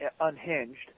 unhinged